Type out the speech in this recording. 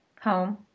home